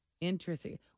Interesting